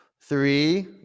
Three